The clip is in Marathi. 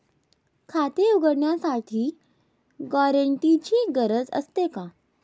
खाते उघडण्यासाठी गॅरेंटरची गरज असते का?